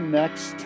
next